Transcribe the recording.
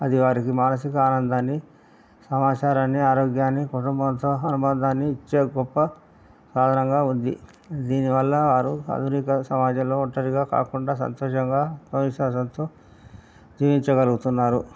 అది వారికి మానసిక ఆనందాన్ని సమాచారాన్ని ఆరోగ్యాన్ని కుటుంబంతో అనుబంధాన్ని ఇచ్చే గొప్ప సాధనంగా ఉంది దీనివల్ల వారు ఆధునిక సమాజంలో ఒంటరిగా కాకుండా సంతోషంగా ఆత్మవిశ్వాసంతో జీవించగలుగుతున్నారు